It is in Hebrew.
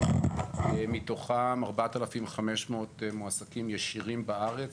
מתוכם 4,500 מועסקים ישירים בארץ.